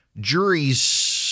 juries